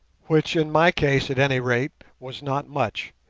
which, in my case at any rate, was not much,